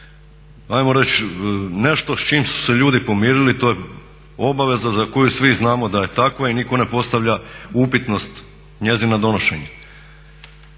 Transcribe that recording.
hajmo reći nešto s čim su se ljudi pomirili, to je obaveza za koju svi znamo da je takva i nitko ne postavlja upitnost njezina donošenja.